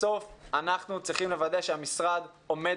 בסוף אנחנו צריכים לוודא שהמשרד עומד